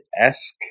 esque